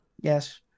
Yes